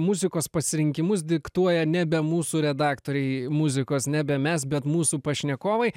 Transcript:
muzikos pasirinkimus diktuoja nebe mūsų redaktoriai muzikos nebe mes bet mūsų pašnekovai